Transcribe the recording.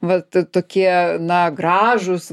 vat tokie na gražūs